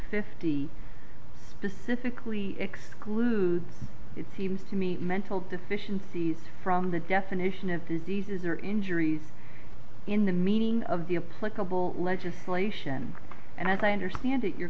fifty pacifically exclude it seems to me mental deficiencies from the definition of diseases or injuries in the meaning of the apply couple legislation and as i understand it your